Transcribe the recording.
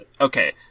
Okay